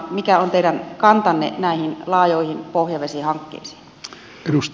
mikä on teidän kantanne näihin laajoihin pohjavesihankkeisiin